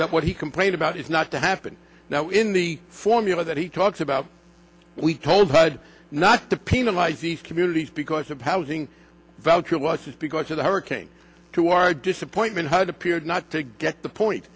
that what he complained about is not to happen now in the formula that he talks about we told her not to penalize these communities because of housing value was just because of the hurricane to our disappointment had appeared not to get the point